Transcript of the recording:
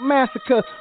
Massacre